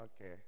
Okay